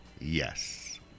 yes